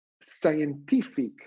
scientific